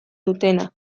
dutena